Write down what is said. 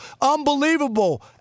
Unbelievable